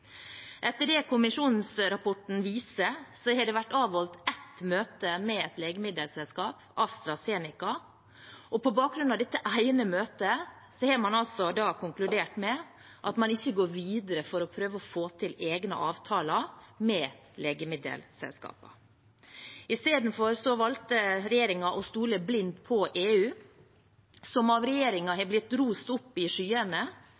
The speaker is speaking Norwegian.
Etter det kommisjonens rapport viser, har det vært avholdt ett møte med et legemiddelselskap, AstraZeneca, og på bakgrunn av dette ene møtet har man da konkludert med at man ikke går videre for å prøve å få til egne avtaler med legemiddelselskapene. I stedet valgte regjeringen å stole blindt på EU, som av regjeringen har blitt rost opp i skyene,